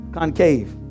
Concave